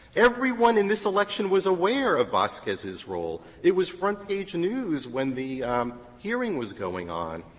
everyone in this election was aware of vasquez's role. it was front page news when the hearing was going on.